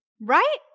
right